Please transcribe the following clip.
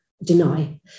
deny